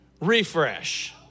Refresh